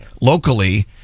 locally